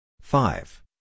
five